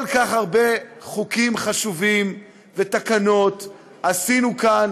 כל כך הרבה חוקים חשובים ותקנות עשינו כאן